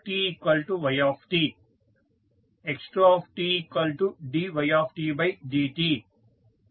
x1tyt x2tdydt